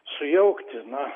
sujaukti na